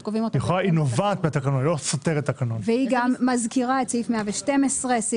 היא נובעת מן התקנון, היא לא סותרת תקנון.